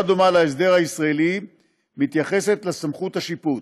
דומה להסדר הישראלי מתייחסת לסמכות השיפוט.